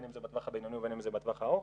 בין אם זה בטווח הבינוני ובין אם זה בטווח הארוך,